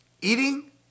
Eating